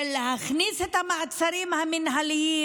של להכניס את המעצרים המינהליים.